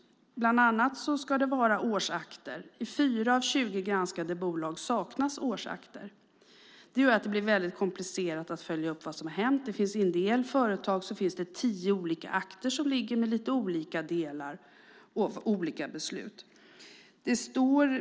Bland annat ska det vara årsakter. I 4 av 20 granskade bolag saknas årsakter. Det gör att det blir väldigt komplicerat att följa upp vad som har hänt. I en del företag finns det tio olika akter som ligger i lite olika delar och olika beslut.